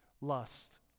lust